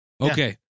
Okay